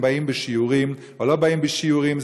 באים לשיעורים או לא באים לשיעורים.